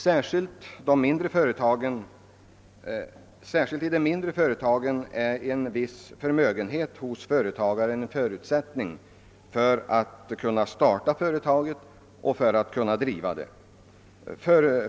Särskilt i mindre företag är en viss förmögenhet en förutsättning för att kunna starta och driva verksamheten.